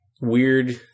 weird